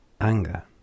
Anger